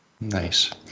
Nice